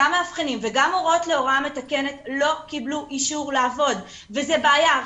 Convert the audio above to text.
גם מאבחנים וגם מורות להוראה מתקנת לא קיבלו אישור לעבוד וזו בעיה,